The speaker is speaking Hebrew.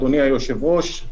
אדוני היושב-ראש,